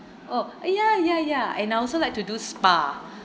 oh ya ya ya and I also like to do spa